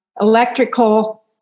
electrical